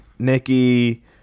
Nikki